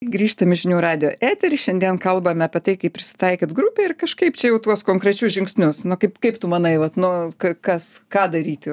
grįžtam į žinių radijo eterį šiandien kalbame apie tai kaip prisitaikyt grupėj ir kažkaip čia jau tuos konkrečius žingsnius kaip kaip tu manai vat nu ka kas ką daryti